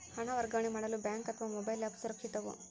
ಹಣ ವರ್ಗಾವಣೆ ಮಾಡಲು ಬ್ಯಾಂಕ್ ಅಥವಾ ಮೋಬೈಲ್ ಆ್ಯಪ್ ಸುರಕ್ಷಿತವೋ?